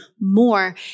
more